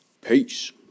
Peace